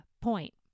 point